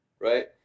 right